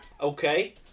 Okay